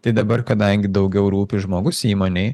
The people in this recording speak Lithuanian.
tai dabar kadangi daugiau rūpi žmogus įmonei